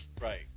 Right